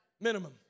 minimum